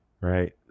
Right